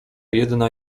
jedna